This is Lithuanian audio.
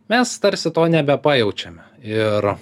mes tarsi to nebepajaučiame ir